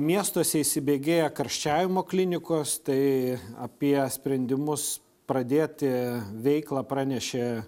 miestuose įsibėgėja karščiavimo klinikos tai apie sprendimus pradėti veiklą pranešė